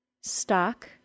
Stock